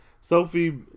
Sophie